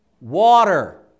water